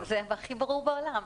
זה הכי ברור בעולם.